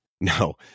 No